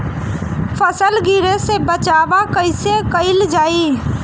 फसल गिरे से बचावा कैईसे कईल जाई?